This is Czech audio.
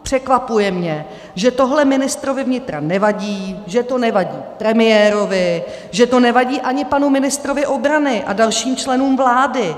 Překvapuje mě, že tohle ministrovi vnitra nevadí, že to nevadí premiérovi, že to nevadí ani panu ministrovi obrany a dalším členům vlády.